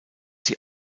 sie